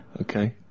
Okay